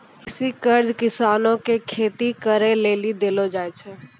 कृषि कर्ज किसानो के खेती करे लेली देलो जाय छै